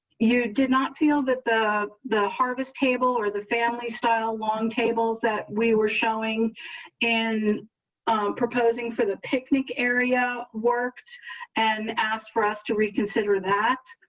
you did not feel that the the harvest table or the family style long tables that we were showing and proposing for the picnic area worked and asked for us to reconsider that